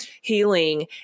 healing